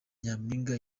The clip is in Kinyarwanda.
nyampinga